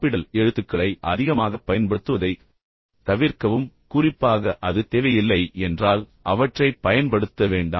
பெரிய எழுத்துக்களை அதிகமாகப் பயன்படுத்துவதைத் தவிர்க்கவும் குறிப்பாக அது தேவையில்லை என்றால் அவற்றைப் பயன்படுத்த வேண்டாம்